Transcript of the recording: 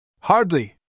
Hardly